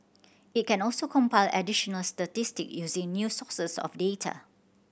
it can also compile additional statistic using new sources of data